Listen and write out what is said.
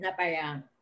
Napayang